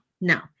No